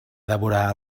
devorar